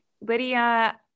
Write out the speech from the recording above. Lydia